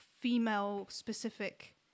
female-specific